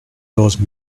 those